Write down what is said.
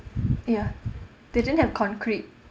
ya they didn't have concrete